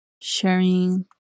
sharing